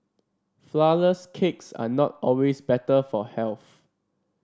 flourless cakes are not always better for health